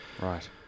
Right